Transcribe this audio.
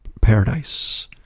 paradise